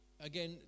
again